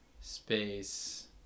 space